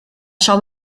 shall